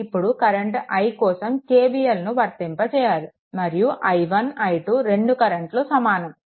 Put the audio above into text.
ఇప్పుడు current i కోసం KVLను వర్తింపజేయాలి మరియు i1 i2 రెండు కరెంట్లు సమానం